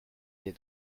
des